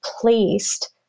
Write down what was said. placed